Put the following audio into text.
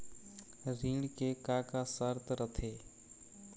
ऋण के का का शर्त रथे?